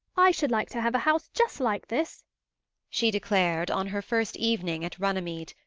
i should like to have a house just like this she declared, on her first evening at runnymede,